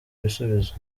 ibisubizo